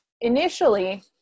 initially